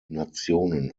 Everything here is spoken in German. nationen